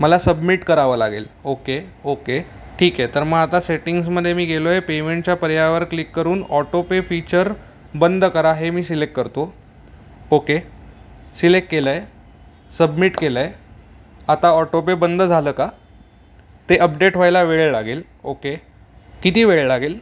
मला सबमिट करावं लागेल ओके ओके ठीक आहे तर मग आता सेटिंग्समध्ये मी गेलो आहे पेमेंटच्या पर्यावर क्लिक करून ऑटोपे फीचर बंद करा हे मी सिलेक्ट करतो ओके सिलेक्ट केलं आहे सबमिट केलं आहे आता ऑटोपे बंद झालं का ते अपडेट व्हायला वेळ लागेल ओके किती वेळ लागेल